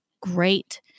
great